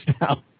now